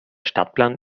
stadtplan